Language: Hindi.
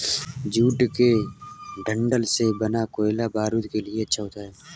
जूट के डंठल से बना कोयला बारूद के लिए अच्छा होता है